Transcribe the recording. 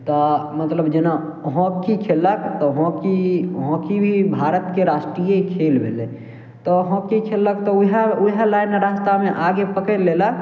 तऽ मतलब जेना हॉकी खेललक तऽ हॉकी हॉकी भी भारतके राष्ट्रीय खेल भेलय तऽ हॉकी खेललक तऽ वएह वएह लाइन रास्तामे आगे पकड़ि लेलक